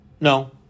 No